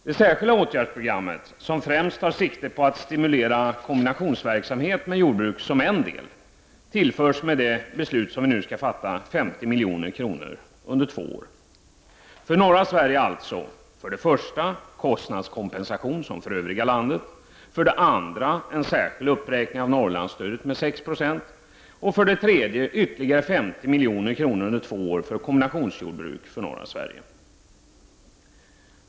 Det särskilda åtgärdsprogrammet — som främst tar sikte på att stimulera kombinationsverksamhet med jordbruk som en del — tillförs med det beslut som vi nu skall fatta 50 milj.kr. under två år. För norra Sverige alltså: för det första kostnadskompensation som för övriga landet, för det andra en särskild uppräkning av Norrlandsstödet med 6 96 och för det tredje ytterligare 50 milj.kr. under två år för kombinationsjordbruk i norra Sverige.